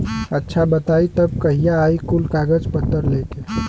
अच्छा बताई तब कहिया आई कुल कागज पतर लेके?